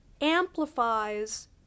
amplifies